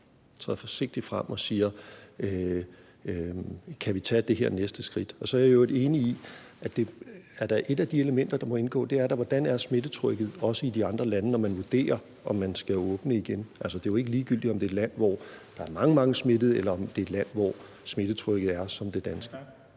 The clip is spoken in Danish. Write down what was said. vi træder forsigtigt frem og ser, om vi kan tage det næste skridt. Så er jeg i øvrigt enig i, at et af de elementer, der også må indgå, er, hvordan smittetrykket er i de andre lande, når man vurderer, om man skal åbne igen. Det er jo ikke ligegyldigt, om det er et land, hvor der er mange, mange smittede, eller om det er et land, hvor smittetrykket er som det danske.